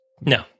No